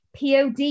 Pod